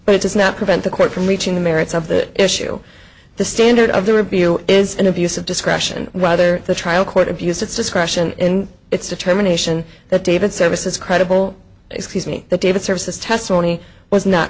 but it does not prevent the court from reaching the merits of the issue the standard of the review is an abuse of discretion whether the trial court abused its discretion in its determination that david service is credible excuse me the david services testimony was not